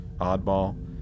oddball